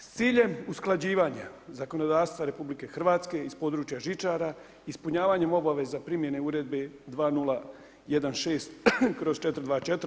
S ciljem usklađivanja zakonodavstva RH iz područja žičara, ispunjavanjem obaveza primjene uredbe 2016/